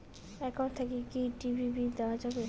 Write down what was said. Account থাকি কি TV bill দেওয়া যাবে?